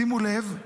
שימו לב,